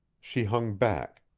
she hung back.